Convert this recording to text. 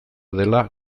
dela